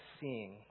seeing